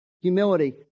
humility